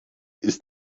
ist